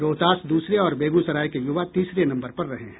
रोहतास दूसरे और बेगूसराय के युवा तीसरे नंबर पर रहे हैं